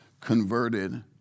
converted